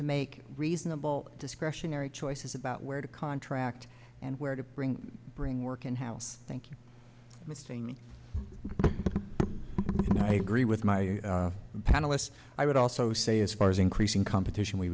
to make reasonable discretionary choices about where to contract and where to bring bring work in house thank you a green with my panelists i would also say as far as increasing competition we